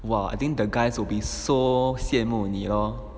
!wah! I think the guys will be so 羡慕你 lor